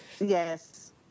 Yes